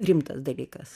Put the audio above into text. rimtas dalykas